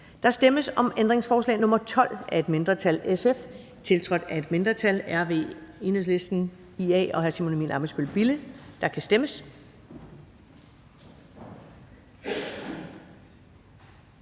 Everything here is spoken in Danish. Der stemmes om ændringsforslag nr. 1 af et mindretal (SF), tiltrådt af et mindretal (RV, EL, NB, FG, IA og Simon Emil Ammitzbøll-Bille (UFG)). Der kan stemmes.